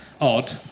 odd